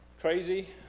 Crazy